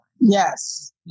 Yes